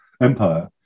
Empire